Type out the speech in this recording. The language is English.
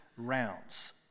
Rounds